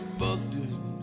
busted